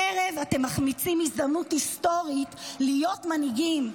הערב אתם מחמיצים הזדמנות היסטורית להיות מנהיגים.